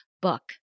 book